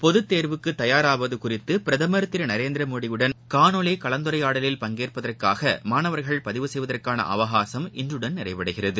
பொதுத்தேர்வுக்குதயாராவதுகுறித்துபிரதமர் திருநரேந்திரமோடியுடனானகாணொலி கலந்துரையாடலில் பங்கேற்பதற்காகமாணவர்கள் பதிவு செய்வதற்கானஅவகாசம் இன்றுடன் நிறைவடைகிறது